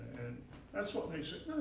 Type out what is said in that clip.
that's what makes it